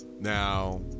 Now